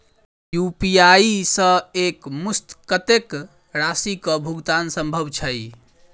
UPI सऽ एक मुस्त कत्तेक राशि कऽ भुगतान सम्भव छई?